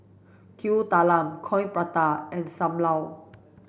Kuih Talam Coin Prata and Sam Lau